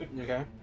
Okay